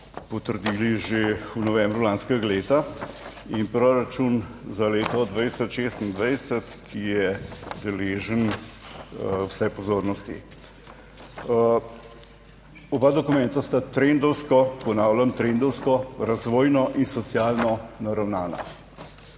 (nadaljevanje) in proračun za leto 2026, ki je deležen vse pozornosti. Oba dokumenta sta trendovsko, ponavljam, trendovsko razvojno in socialno naravnana.